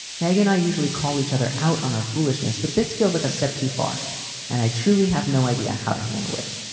megan, i usually call each other out on our foolishness, but this feels like a step too far and i truly have no idea how to handle it.